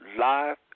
live